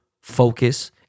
focus